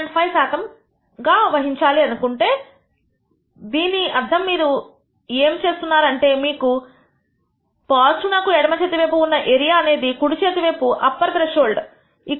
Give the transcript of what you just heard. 5 శాతము సహించాలి అనుకుంటే దీని అర్థం మీరు ఏమి చెబుతున్నారు అంటే మీకు నకు ఎడమ చేతి వైపు ఉన్నా ఏరియా అనేది కుడి చేతి వైపు అప్పర్ త్రెష్హోల్డ్ 5 శాతము